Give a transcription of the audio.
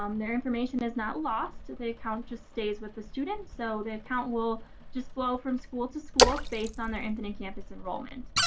um their information is not loss. the account just stays with the student. so, the account will just flow from school to school based on their infinite campus enrollment.